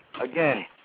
Again